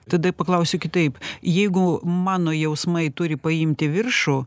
tada paklausiu kitaip jeigu mano jausmai turi paimti viršų